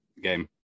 game